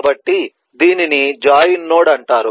కాబట్టి దీనిని join node అంటారు